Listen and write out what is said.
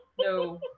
No